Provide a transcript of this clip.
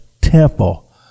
temple